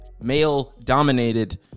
male-dominated